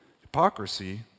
Hypocrisy